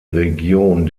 region